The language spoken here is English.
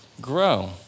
grow